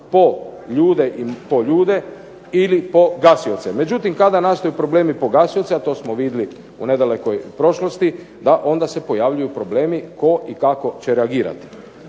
po ljude ili po gasioce. Međutim, kada nastaju problemi po gasioce, a to smo vidjeli u nedalekoj prošlosti da onda se pojavljuju problemi tko i kako će reagirati.